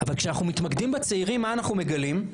אבל כשאנחנו מתמקדים בצעירים מה אנחנו מגלים?